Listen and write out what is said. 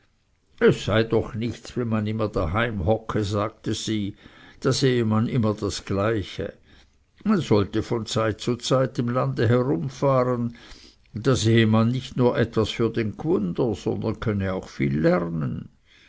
es sei doch nichts wenn man immer daheim hocke sagte sie da sehe man immer das gleiche man sollte von zeit zu zeit im lande herumfahren da sehe man nicht nur etwas für den gwunder sondern könne auch viel lernen